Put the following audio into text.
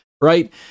right